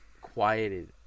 quieted